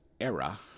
era